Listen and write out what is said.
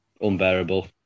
unbearable